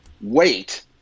wait